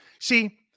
See